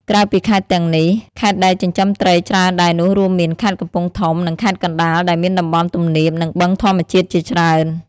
ក្រៅពីខេត្តទាំងនេះ ខេត្តដែលចិញ្ចឹមត្រីច្រើនដែរនោះរួមមាន ខេត្តកំពង់ធំ និងខេត្តកណ្ដាល ដែលមានតំបន់ទំនាប និងបឹងធម្មជាតិជាច្រើន។